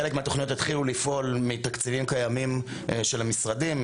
חלק מהתוכניות התחילו לפעול מתקציבים קיימים של המשרדים.